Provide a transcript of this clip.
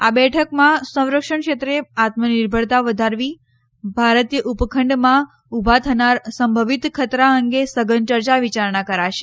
આ બેઠકમાં સંરક્ષણ ક્ષેત્રે આત્મનિર્ભરતા વધારવી ભારતીય ઉપખંડમાં ઉભા થનાર સંભવિત ખતરા અંગે સઘન ચર્ચા વિચારણા કરાશે